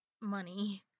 money